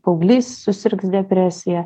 paauglys susirgs depresija